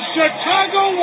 Chicago